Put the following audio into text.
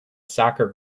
soccer